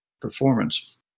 performance